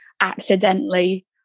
accidentally